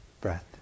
breath